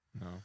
No